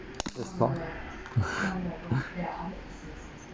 it's not